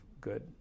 good